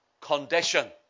condition